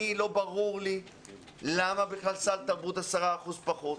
לא ברור לי למה בכלל סל תרבות 10 אחוזים פחות,